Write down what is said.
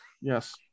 yes